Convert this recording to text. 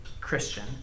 Christian